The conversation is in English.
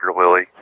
Lily